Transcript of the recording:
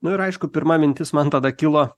nu ir aišku pirma mintis man tada kilo